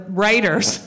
writers